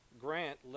grant